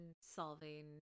solving